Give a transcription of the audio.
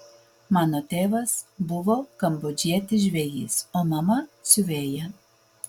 mano tėvas buvo kambodžietis žvejys o mama siuvėja